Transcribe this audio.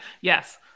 Yes